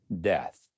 death